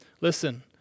listen